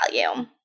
value